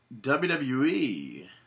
WWE